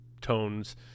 tones